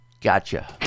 Gotcha